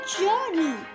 journey